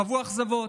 חוו אכזבות,